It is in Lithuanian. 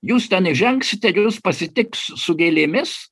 jūs ten įžengsit ir jus pasitiks su gėlėmis